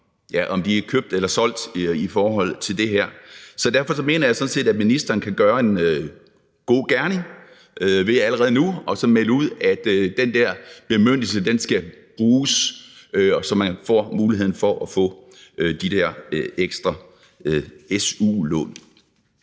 om de er købt eller solgt i forhold til det her. Så derfor mener jeg sådan set, at ministeren kan gøre en god gerning ved allerede nu at melde ud, at den bemyndigelse skal bruges, så man får muligheden for at få de ekstra su-lån.